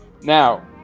now